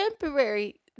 temporary